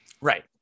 right